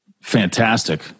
fantastic